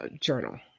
journal